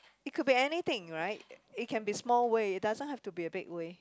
it could be anything right it can be small way doesn't have to be a big way